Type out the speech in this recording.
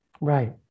right